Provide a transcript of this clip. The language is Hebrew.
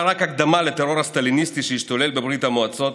היה רק ההקדמה לטרור הסטליניסטי שהשתולל בברית המועצות